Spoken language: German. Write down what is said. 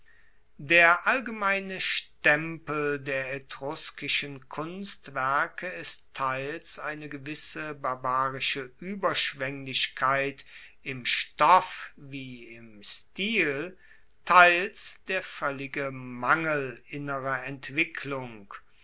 der allgemeine stempel der etruskischen kunstwerke ist teils eine gewisse barbarische ueberschwenglichkeit im stoff wie im stil teils der voellige mangel innerer entwicklung